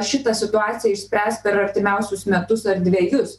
šitą situaciją išspręs per artimiausius metus ar dvejus